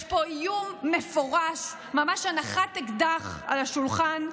יש פה איום מפורש, ממש הנחת אקדח על השולחן.